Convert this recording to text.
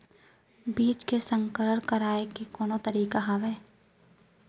बीज के संकर कराय के कोनो तरीका हावय?